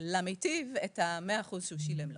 למיטיב את ה-100 אחוזים שהוא שילם לו.